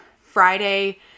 Friday